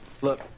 Look